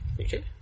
Okay